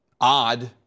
odd